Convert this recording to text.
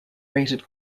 rated